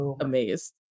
amazed